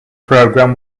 programme